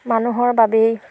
মানুহৰ বাবেই